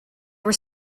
were